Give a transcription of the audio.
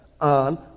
on